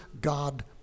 God